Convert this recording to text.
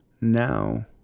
Now